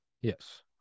Yes